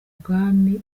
bwami